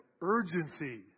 urgency